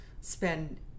spend